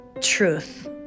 truth